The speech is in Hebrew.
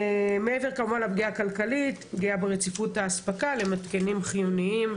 מעבר כמובן לפגיעה הכלכלית פגיעה ברציפות האספקה למתקנים חיוניים,